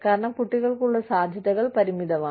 കാരണം കുട്ടികൾക്കുള്ള സാധ്യതകൾ പരിമിതമാണ്